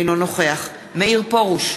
אינו נוכח מאיר פרוש,